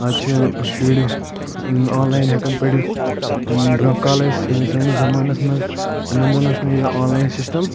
آز چھِ شُرۍ آن لاین ہٮ۪کان پٔرِتھ برٛونٛہہ کالہٕ ٲسۍ سٲنِس زمانس منٛز تِمن دۄہن اوس نہٕ یہِ آن لاین سسٹم